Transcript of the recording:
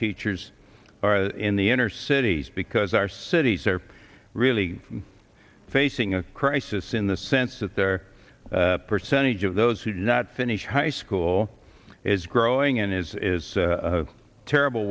teachers are in the inner cities because our cities are really facing a crisis in the sense that their percentage of those who did not finish high school is growing and is a terrible